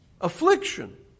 Affliction